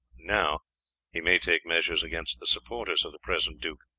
now he may take measures against the supporters of the present duke.